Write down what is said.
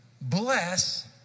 Bless